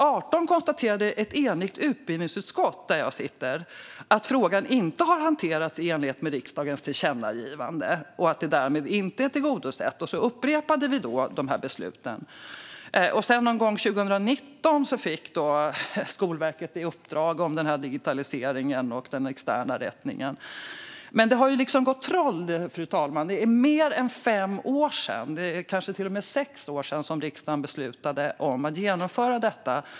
2017/18 konstaterade ett enigt utbildningsutskott, där jag sitter, att frågan inte hade hanterats i enlighet med riksdagens tillkännagivande och att detta därmed inte var tillgodosett. Då upprepade vi de här besluten. Någon gång 2019 fick Skolverket ett uppdrag om digitaliseringen och den externa rättningen. Men det har liksom gått troll i detta, fru talman. Det är mer än fem år sedan, kanske till och med sex år sedan, riksdagen beslutade om att genomföra detta.